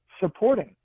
supporting